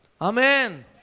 Amen